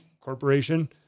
corporation